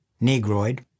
negroid